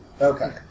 Okay